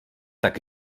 tak